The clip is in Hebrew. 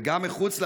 וגם מחוץ למדינה.